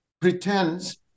pretends